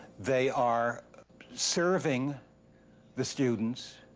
they are serving the students.